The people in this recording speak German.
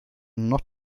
noch